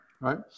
Right